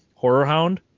Horrorhound